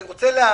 אני רוצה להאמין,